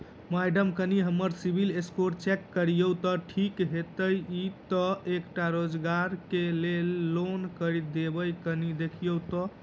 Madam कनि हम्मर CIBIL score check करियो तेँ ठीक हएत ई तऽ एकटा रोजगार केँ लैल लोन करि देब कनि देखीओत?